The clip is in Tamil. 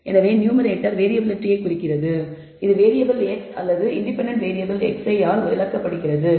எனவே நியூமேரேட்டர் வேறியபிலிட்டியை குறிக்கிறது இது வேறியபிள் x அல்லது இன்டிபெண்டண்ட் வேறியபிள் xi ஆல் விளக்கப்படுகிறது